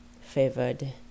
favored